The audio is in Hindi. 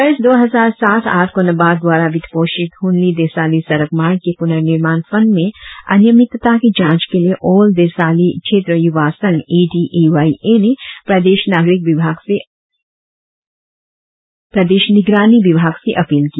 वर्ष दो हजार सात आठ को नाबार्ड द्वारा वित्तपोषित हुनली देसाली सड़क मार्ग के पुनर्निमाण फंड में अनियमितता की जांच के लिए ऑल देसाली क्षेत्र युवा संघ A D A Y A ने प्रदेश निगरानी विभाग से अपील की